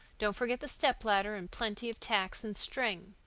don't forget the stepladder, and plenty of tacks and string.